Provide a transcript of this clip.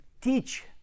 Teach